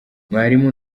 mwarimu